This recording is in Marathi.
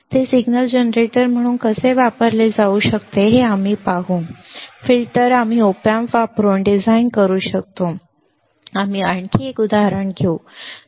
ते सिग्नल जनरेटर म्हणून कसे वापरले जाऊ शकते हे आम्ही पाहू फिल्टर आम्ही op amp वापरून डिझाइन करू शकतो आणि आम्ही एक उदाहरण देखील घेऊ